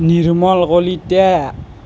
Nirmal Kalita